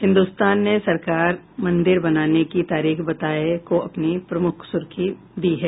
हिन्दुस्तान ने सरकार मंदिर बनाने की तारीख बताए को अपनी प्रमुख सुर्खी दी है